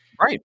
Right